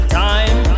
time